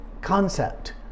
concept